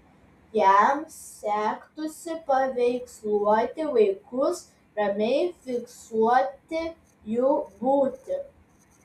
jam sektųsi paveiksluoti vaikus ramiai fiksuoti jų būtį